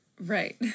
Right